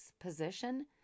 position